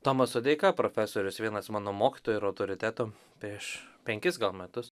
tomas sodeika profesorius vienas mano mokytojų ir autoritetų prieš penkis gal metus